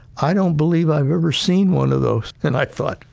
i don't believe i've ever seen one of those. and i thought,